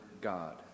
God